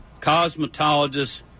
cosmetologists